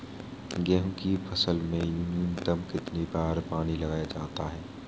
गेहूँ की फसल में न्यूनतम कितने बार पानी लगाया जाता है?